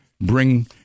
bring